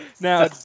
Now